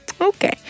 Okay